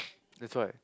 that's why